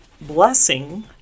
blessing